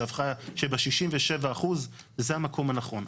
שב-67% זה המקום הנכון.